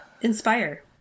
inspire